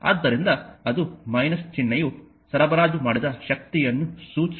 ಆದ್ದರಿಂದ ಅದು ಚಿಹ್ನೆಯು ಸರಬರಾಜು ಮಾಡಿದ ಶಕ್ತಿಯನ್ನು ಸೂಚಿಸುತ್ತದೆ